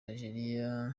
algeria